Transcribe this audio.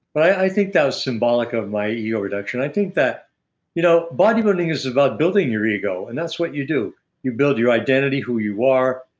but i think that was symbolic of my ego reduction. i think that you know body building is about building your ego and that's what you do you build your identify, who you are,